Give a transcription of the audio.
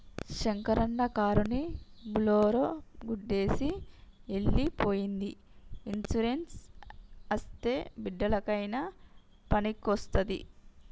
శంకరన్న కారుని బోలోరో గుద్దేసి ఎల్లి పోయ్యింది ఇన్సూరెన్స్ అస్తే బిడ్డలకయినా పనికొస్తాది